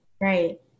Right